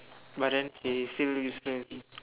but then she is still useless